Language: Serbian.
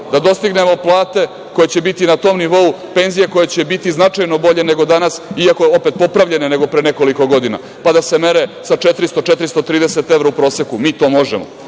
da dostignemo plate koje će biti na tom nivou, penzije koje će biti značajno bolje nego danas, iako opet popravljene nego pre nekoliko godina, pa da se mere sa 400, 430 evra u proseku. Mi to možemo,